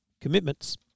commitments